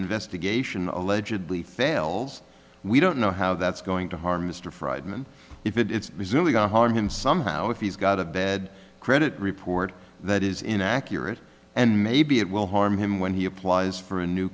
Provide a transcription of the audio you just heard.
reinvestigation allegedly fails we don't know how that's going to harm mr freidman if it's really got harm him somehow if he's got a bed credit report that is inaccurate and maybe it will harm him when he applies for a new